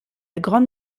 grande